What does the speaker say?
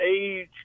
age